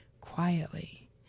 quietly